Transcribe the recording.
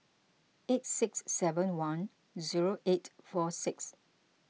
eight six seven one zero eight four six